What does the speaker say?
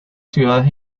ciudades